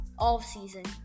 offseason